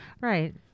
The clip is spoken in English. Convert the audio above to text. Right